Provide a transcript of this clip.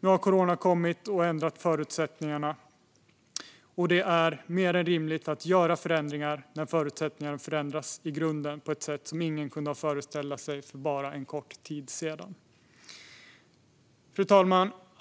Nu har corona kommit och ändrat förutsättningarna. Det är mer än rimligt att göra förändringar när förutsättningarna förändras i grunden på ett sätt som ingen kunde föreställa sig för bara en kort tid sedan. Fru talman!